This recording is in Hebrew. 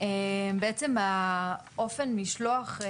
בעצם האופן משלוח,